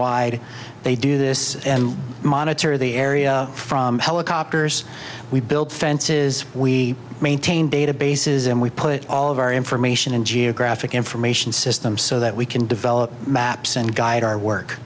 wide they do this and monitor the area from helicopters we build fences we maintain databases and we put all of our information in geographic information systems so that we can develop maps and guide our